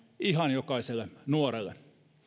ihan jokaiselle nuorelle